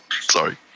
Sorry